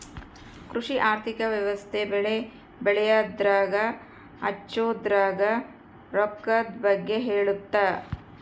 ಕೃಷಿ ಆರ್ಥಿಕ ವ್ಯವಸ್ತೆ ಬೆಳೆ ಬೆಳೆಯದ್ರಾಗ ಹಚ್ಛೊದ್ರಾಗ ರೊಕ್ಕದ್ ಬಗ್ಗೆ ಹೇಳುತ್ತ